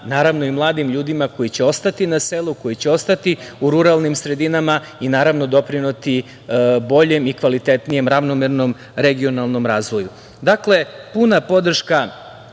interesantna i mladim ljudima koji će ostati na selu, koji će ostati u ruralnim sredinama i naravno doprineti boljem i kvalitetnijem ravnomernom regionalnom razvoju. Dakle, puna podrška